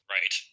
Right